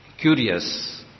curious